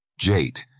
Jate